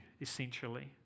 essentially